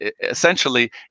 essentially